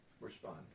Respond